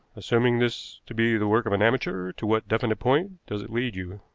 assuming this to be the work of an amateur, to what definite point does it lead you?